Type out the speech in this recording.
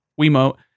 Wiimote